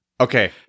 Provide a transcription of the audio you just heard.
Okay